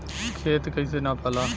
खेत कैसे नपाला?